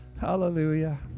Hallelujah